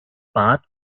bad